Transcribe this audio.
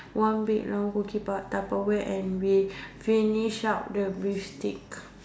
one big round cookie tupperware and we finish up the beef steak